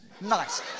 nice